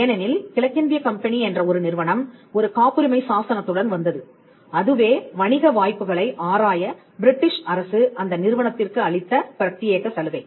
ஏனெனில் கிழக்கிந்திய கம்பெனி என்ற ஒரு நிறுவனம் ஒரு காப்புரிமை சாசனத்துடன் வந்தது அதுவே வணிக வாய்ப்புகளை ஆராய பிரிட்டிஷ் அரசு அந்த நிறுவனத்திற்கு அளித்த பிரத்தியேக சலுகை